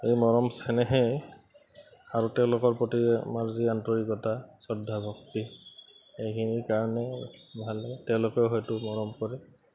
এই মৰম চেনেহে আৰু তেওঁলোকৰ প্ৰতি আমাৰ যি আন্তৰিকতা শ্ৰদ্ধা ভক্তি এইখিনিৰ কাৰণে ভাল লাগে তেওঁলোকেও হয়তো মৰম কৰে